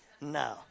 No